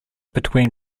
between